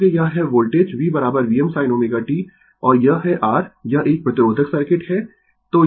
क्योंकि यह है voltage V Vm sin ω t और यह है R यह एक प्रतिरोधक सर्किट है